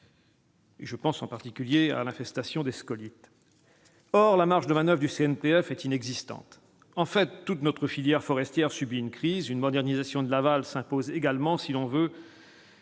je pense en particulier à l'arrestation des scolytes or, la marge de manoeuvre et du CNPF est inexistante en fait toute notre filière forestière subit une crise, une modernisation de Laval s'impose également, si l'on veut.